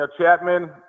Chapman